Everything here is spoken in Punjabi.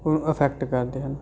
ਉਹਨੂੰ ਅਫੈਕਟ ਕਰਦੇ ਹਨ